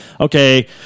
okay